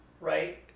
right